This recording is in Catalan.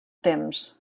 temps